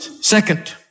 Second